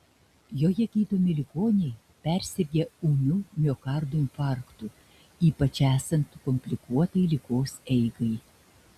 joje gydomi ligoniai persirgę ūmiu miokardo infarktu ypač esant komplikuotai ligos eigai